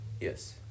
yes